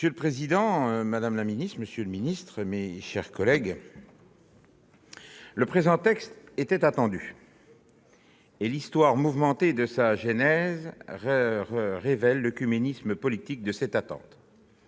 Monsieur le président, madame, monsieur les ministres, mes chers collègues, le présent texte était attendu, et l'histoire mouvementée de sa genèse révèle l'oecuménisme politique de cette attente.